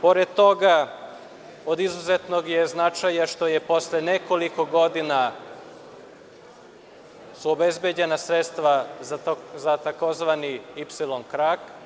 Pored toga, od izuzetnog je značaja što su posle nekoliko godina obezbeđena sredstva za takozvani ipsilon krak.